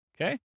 Okay